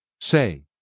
say